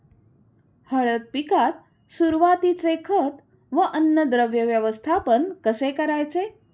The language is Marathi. हळद पिकात सुरुवातीचे खत व अन्नद्रव्य व्यवस्थापन कसे करायचे?